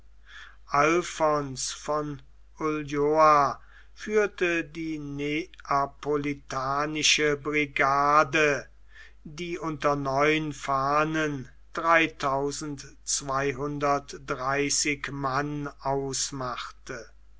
von ulloa führte die neapolitanische brigade die unter neunzehn fahnen dreitausend zweihundert dreißig mann ausmachte